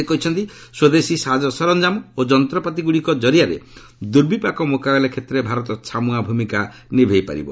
ସେ କହିଛନ୍ତି ସ୍ୱଦେଶୀ ସାଜସରଞ୍ଜାମ ଓ ଯନ୍ତ୍ରପାତିଗୁଡ଼ିକ ଜରିଆରେ ଦୁର୍ବିପାକ ମୁକାବିଲା କ୍ଷେତ୍ରରେ ଭାରତ ଛାମୁଆ ଭୂମିକା ନିଭାଇପାରିବ